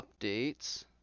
updates